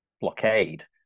blockade